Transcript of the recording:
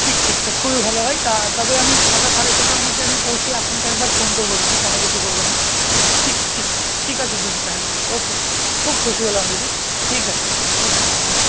ঠিক ঠিক তা খুবই ভালো হয় তা তবে আমি ছটা সাড়ে ছটার মধ্যে আমি পৌঁছে আপনাকে একবার ফোন করবো দিদি মনে কিছু করবেন না ঠিক ঠিক আছে ঠিক আছে দিদি তাহলে ওকে খুব খুশি হলাম দিদি ঠিক আছে দিদি ওকে ওকে